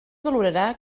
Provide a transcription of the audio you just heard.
valorarà